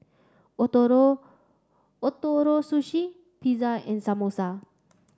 Ootoro Ootoro Sushi Pizza and Samosa